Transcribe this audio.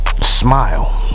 Smile